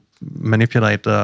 manipulate